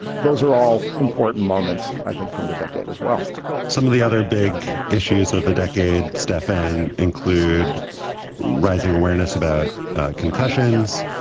those are all important moments. i think from the decade as well some of the other big issues of the decade, stefan, include raising awareness about concussions.